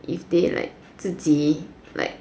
if they like 自己 like